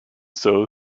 sow